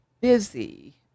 busy